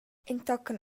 entochen